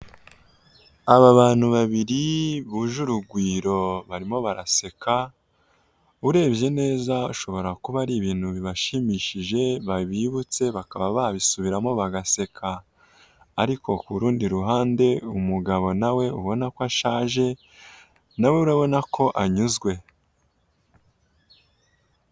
Aba bantu babiri buje urugwiro barimo baraseka urebye neza ushobora kuba ari ibintu bibashimishije bibutse bakaba babisubiramo bagaseka, ariko ku rundi ruhande umugabo nawe ubona ko ashaje nawe urabona ko anyuzwe.